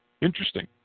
interesting